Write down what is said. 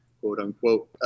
quote-unquote